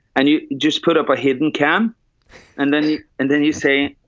and you just put up a hidden cam and then and then you say,